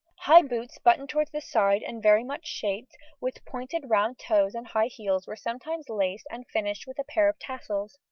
high boots buttoned towards the side and very much shaped, with pointed round toes and high heels were sometimes laced and finished with a pair of tassels.